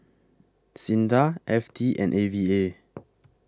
SINDA F T and A V A